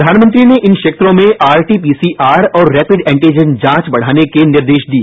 प्रधानमंत्री ने इन क्षेत्रों ने आरटी पीसीआर और रेपिड एंटीजन जांच बढ़ाने के निर्देश दिए